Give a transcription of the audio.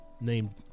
named